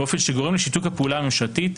באופן שגורם לשיתוק הפעולה הממשלתית,